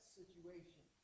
situation